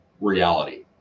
reality